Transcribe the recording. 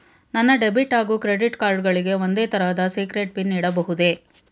ನನ್ನ ಡೆಬಿಟ್ ಹಾಗೂ credit card ಗಳಿಗೆ ಒಂದೇ ತರಹದ ಸೀಕ್ರೇಟ್ ಪಿನ್ ಇಡಬಹುದೇ?